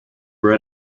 were